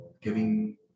giving